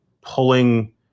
pulling